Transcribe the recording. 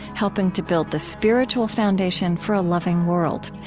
helping to build the spiritual foundation for a loving world.